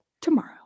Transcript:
tomorrow